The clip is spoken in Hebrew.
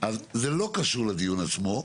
זה לא קשור לדיון עצמו,